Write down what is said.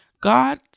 God